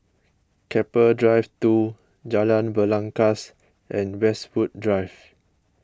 Keppel Drive two Jalan Belangkas and Westwood Drive